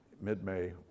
Mid-May